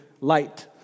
light